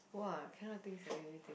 !wah! cannot think sia let me think